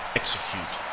execute